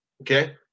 Okay